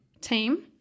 team